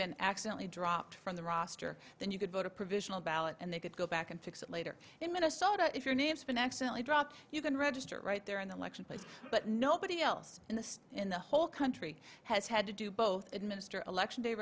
been accidently dropped from the roster then you could vote a provisional ballot and they could go back and fix it later in minnesota if your name's been accidently dropped you can register right there in the election place but nobody else in the in the whole country has had to do both administer election day